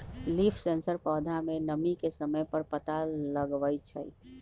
leaf sensor पौधा में नमी के समय पर पता लगवई छई